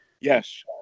yes